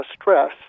stress